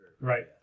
Right